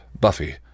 Buffy